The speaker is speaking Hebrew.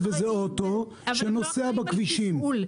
הם לא אחראים על תפעול.